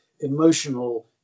emotional